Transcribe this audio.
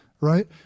right